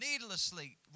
needlessly